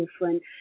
different